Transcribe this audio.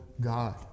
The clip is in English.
God